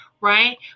right